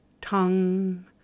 tongue